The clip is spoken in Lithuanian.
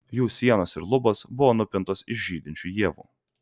jų sienos ir lubos buvo nupintos iš žydinčių ievų